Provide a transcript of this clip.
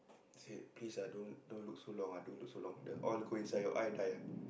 said please ah don't look so long ah don't look so long the oil go inside your eye die ah